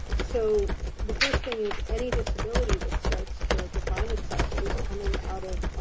so the first thing is any disability that starts to define itself is coming out of